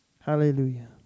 Hallelujah